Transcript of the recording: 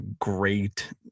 great